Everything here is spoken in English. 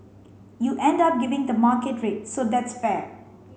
you end up giving the market rate so that's fair